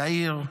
יאיר,